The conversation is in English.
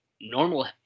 normal –